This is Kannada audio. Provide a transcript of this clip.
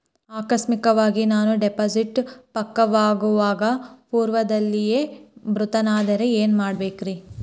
ಆಕಸ್ಮಿಕವಾಗಿ ನಾನು ಡಿಪಾಸಿಟ್ ಪಕ್ವವಾಗುವ ಪೂರ್ವದಲ್ಲಿಯೇ ಮೃತನಾದರೆ ಏನು ಮಾಡಬೇಕ್ರಿ?